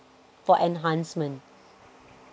for enhancement